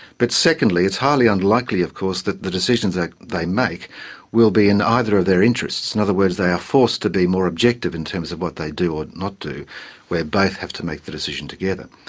but secondly it's highly unlikely of course that the decisions ah they make will be in either of their interests. in other words, they are forced to be more objective in terms of what they do or not do where both have to make the decision together.